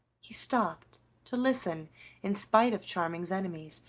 he stopped to listen in spite of charming's enemies,